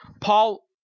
Paul